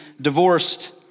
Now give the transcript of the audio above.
divorced